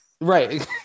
Right